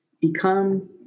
become